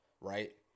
right